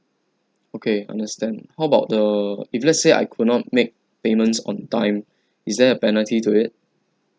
okay understand how about the if let's say I could not make payments on time is there a penalty to it